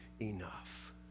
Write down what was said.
enough